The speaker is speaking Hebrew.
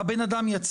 האדם יצא.